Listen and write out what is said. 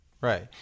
Right